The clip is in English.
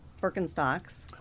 Birkenstocks